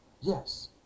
Yes